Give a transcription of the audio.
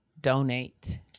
donate